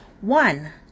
One